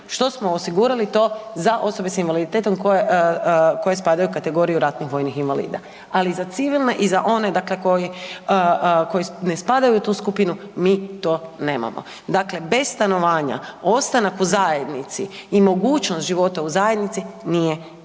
što smo osigurali to za osobe s invaliditetom koje spadaju u kategoriju ratnih vojnih invalida. Ali za civilne i za one koji ne spadaju u tu skupinu mi to nemamo. Dakle, bez stanovanja ostanak u zajednici i mogućnost života u zajednici nije realna